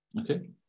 Okay